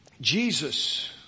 Jesus